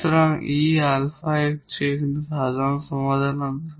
সুতরাং 𝑒 𝛼𝑥 যে এখানে সাধারণ টার্ম হবে